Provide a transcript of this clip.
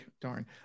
darn